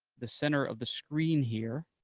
the center of the screen here,